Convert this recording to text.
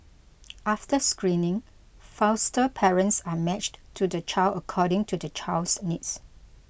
after screening foster parents are matched to the child according to the child's needs